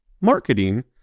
marketing